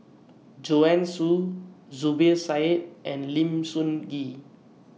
Joanne Soo Zubir Said and Lim Sun Gee